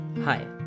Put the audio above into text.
Hi